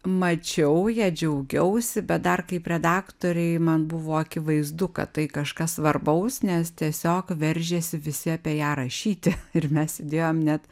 mačiau ja džiaugiausi bet dar kaip redaktorei man buvo akivaizdu kad tai kažkas svarbaus nes tiesiog veržiasi visi apie ją rašyti ir mes įdėjom net